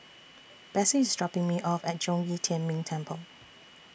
Bessie IS dropping Me off At Zhong Yi Tian Ming Temple